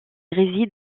réside